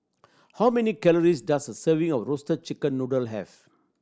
how many calories does a serving of Roasted Chicken Noodle have